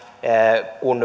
kun